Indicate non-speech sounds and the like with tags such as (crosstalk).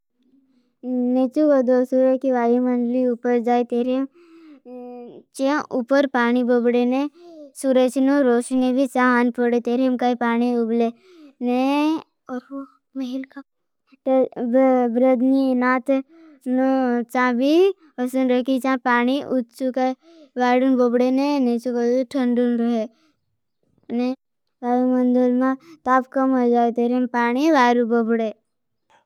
ने चुगोधो सुरे की वाई मंदली उपर जाय तेरेम। चें उपर पानी बबडेने। सुरे सीनो रोषने भी चाहान पड़े। तेरेम काई पानी उबले और वो महिल। का ब्रधनी नात चाबी होसन रोखी। चाब पानी उठ चुकाई वाड़न बबड़ेने। ने चुकाई उठ थंडन रोहे। (hesitation) और भाई मंदर में ताप कम हो जाये। तेरें पानी वाड़न बबड़े।